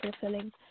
fulfilling